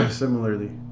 similarly